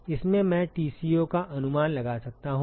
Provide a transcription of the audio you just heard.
इससे मैं Tco का अनुमान लगा सकता हूं